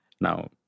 Now